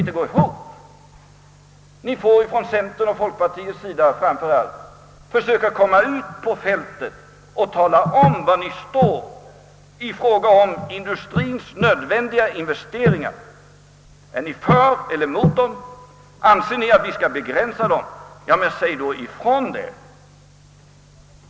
Ni bör, framför allt från centerns och folkpartiets sida, försöka träda ut på fältet och tala om var ni står i fråga om industriens nödvändiga investeringar. Är ni för eller emot dem? Anser ni att vi skall begränsa dem? Säg då ifrån det!